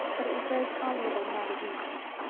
but it was very tolerable magazine verse.